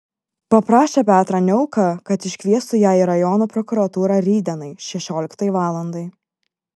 paprašė petrą niauką kad iškviestų ją į rajono prokuratūrą rytdienai šešioliktai valandai